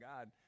God